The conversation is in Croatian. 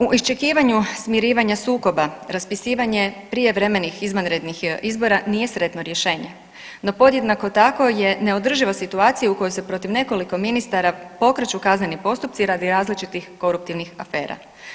U iščekivanju smirivanja sukoba, raspisivanje prijevremenih izvanrednih izbora nije sretno rješenje, no podjednako tako je neodrživa situacija u kojoj se protiv nekoliko ministara pokreću kazneni postupci radi različitih koruptivnih afera.